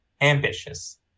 ambitious